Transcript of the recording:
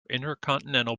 intercontinental